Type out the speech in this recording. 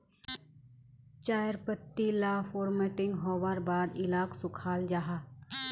चायर पत्ती ला फोर्मटिंग होवार बाद इलाक सुखाल जाहा